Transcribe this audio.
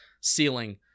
ceiling